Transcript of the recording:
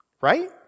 Right